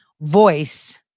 voice